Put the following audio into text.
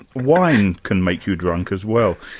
wine can make you drunk as well.